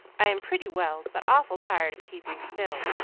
i am pretty well, but awful tired of keeping still.